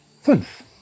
Fünf